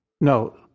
No